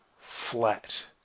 flat